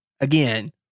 again